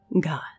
god